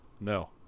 No